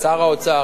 שר האוצר,